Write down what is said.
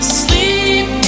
sleep